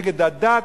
נגד הדת,